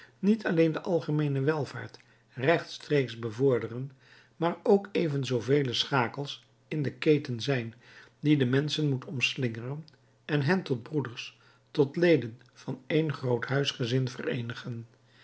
niet alleen de algemeene welvaart rechtstreeks bevorderen maar ook even zoovele schakels in de keten zijn die de menschen moet omslingeren en hen tot broeders tot leden van één groot huisgezin vereenigen